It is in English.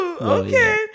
okay